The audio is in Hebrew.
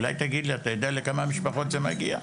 אולי תגיד לי, אתה יודע לכמה משפחות זה מגיע?